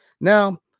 Now